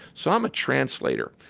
so i'm a translator.